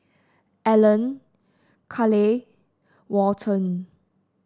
Alan Carleigh Walton